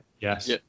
yes